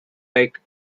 like